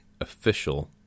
official